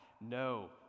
no